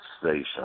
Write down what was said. Station